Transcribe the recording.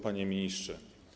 Panie Ministrze!